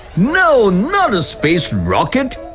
no, not a space rocket.